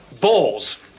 Balls